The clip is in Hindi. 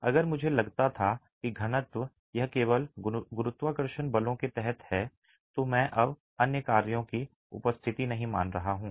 अगर मुझे लगता था कि घनत्व यह केवल गुरुत्वाकर्षण बलों के तहत है तो मैं अब अन्य कार्यों की उपस्थिति नहीं मान रहा हूं